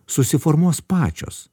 susiformuos pačios